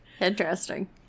Interesting